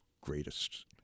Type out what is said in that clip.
greatest